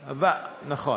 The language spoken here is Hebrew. נכון.